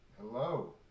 Hello